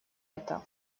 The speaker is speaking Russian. это